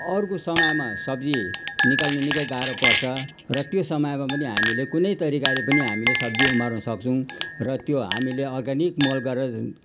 अर्को समयमा सब्जी निकाल्नु निकै गाह्रो पर्छ र त्यो समयमा पनि हामीले कुनै तरिकाले पनि हामीले सब्जी उमार्नु सक्छौँ र त्यो हामीले अर्गानिक मल गरेर